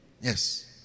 Yes